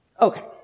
Okay